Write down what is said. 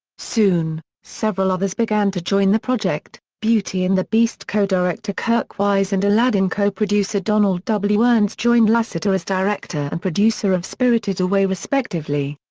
soon, several others began to join the project beauty and the beast co-director kirk wise and aladdin co-producer donald w. ernst joined lasseter as director and producer of spirited away respectively.